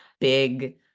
big